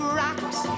rocks